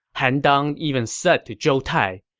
han dang even said to zhou tai,